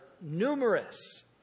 numerous